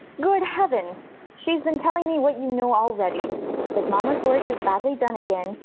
good heavens! she's been tell ing me what you know already that mamma's work is badly done again,